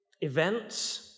events